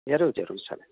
ಜರೂರು ಜರೂರು ಸರ್